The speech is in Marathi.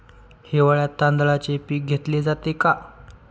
हिवाळ्यात तांदळाचे पीक घेतले जाते का?